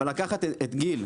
אבל לקחת את גיל,